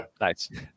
nice